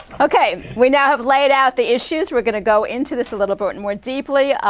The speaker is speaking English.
ok. we now have laid out the issues. we're going to go into this a little bit and more deeply.